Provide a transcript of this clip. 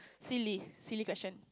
silly silly question